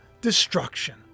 destruction